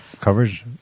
coverage